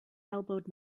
elbowed